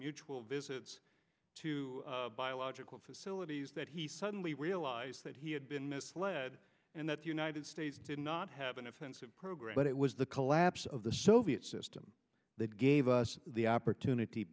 mutual visits to biological facilities that he suddenly realized that he had been misled and that the united states did not have an offensive program but it was the collapse of the soviet system that gave us the opportunity